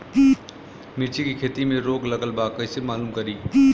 मिर्ची के खेती में रोग लगल बा कईसे मालूम करि?